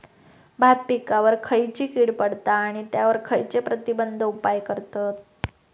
भात पिकांवर खैयची कीड पडता आणि त्यावर खैयचे प्रतिबंधक उपाय करतत?